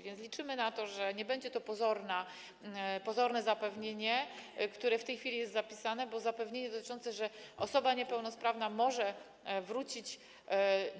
A więc liczymy na to, że nie będzie to pozorne zapewnienie, które w tej chwili jest zapisane, bo zapewnienie dotyczące, że osoba niepełnosprawna może wrócić